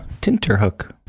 Tinterhook